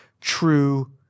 true